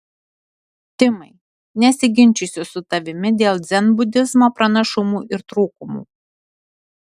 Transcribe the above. timai nesiginčysiu su tavimi dėl dzenbudizmo pranašumų ir trūkumų